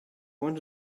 want